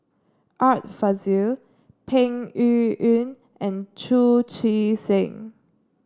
Art Fazil Peng Yuyun and Chu Chee Seng